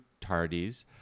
tardies